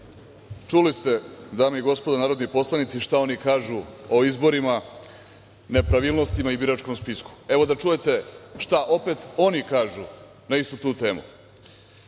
Čuli ste, dame i gospodo narodni poslanici, šta oni kažu o izborima, nepravilnostima i biračkom spisku. Evo da čujete šta opet oni kažu na istu tu temu